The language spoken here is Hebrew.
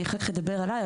אני אחרי כן אדבר עליי,